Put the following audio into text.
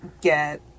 get